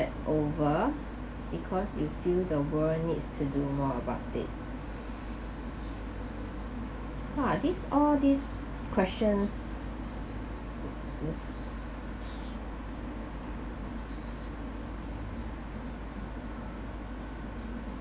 over because you feel the world needs to do more about it !wah! this all this questions is